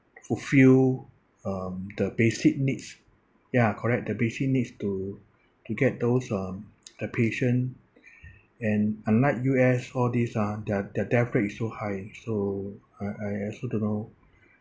fulfill um the basic needs ya correct the basic needs to to get those uh the patient and unlike U_S all these ah their their death rate is so high so I also don't know